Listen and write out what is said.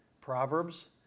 Proverbs